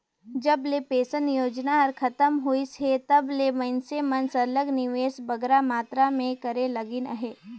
जब ले पेंसन योजना हर खतम होइस हे तब ले मइनसे मन सरलग निवेस बगरा मातरा में करे लगिन अहे